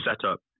setup